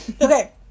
okay